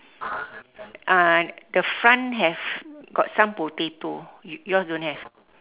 uh the front have got some potato you yours don't have